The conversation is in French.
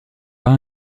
pas